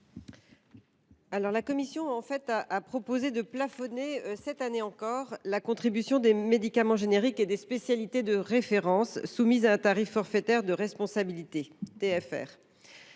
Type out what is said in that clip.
? La commission propose de plafonner, cette année encore, la contribution des médicaments génériques et des spécialités de référence soumises à un tarif forfaitaire de responsabilité (TFR).